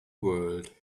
world